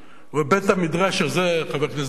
ובית-המדרש הזה, חבר הכנסת דנון,